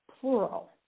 plural